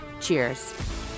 Cheers